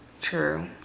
True